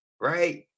right